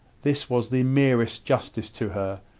this was the merest justice to her.